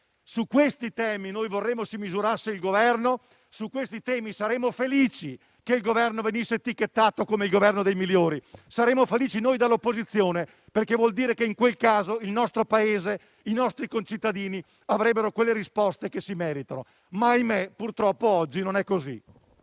Su questi temi vorremmo si misurasse il Governo; su questi temi saremmo felici che il Governo venisse etichettato come Governo dei migliori; ne saremmo felici noi dell'opposizione perché vorrebbe dire che in quel caso il nostro Paese e i nostri concittadini avrebbero le risposte che meritano, ma ahimè purtroppo oggi non è così.